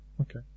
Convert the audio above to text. Okay